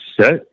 set